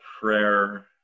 prayer